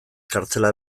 kartzela